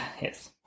Yes